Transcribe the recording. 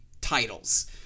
titles